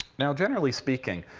now, generally speaking,